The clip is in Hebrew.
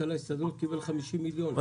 מזכ"ל ההסתדרות קיבל 50 מיליון לסתום את הפה.